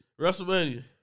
WrestleMania